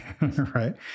Right